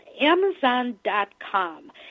Amazon.com